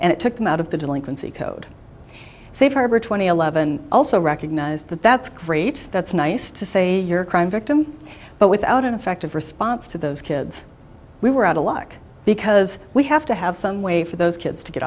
and it took them out of the delinquency code safe harbor two thousand and eleven also recognize that that's great that's nice to say you're a crime victim but without an effective response to those kids we were out of luck because we have to have some way for those kids to get